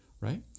right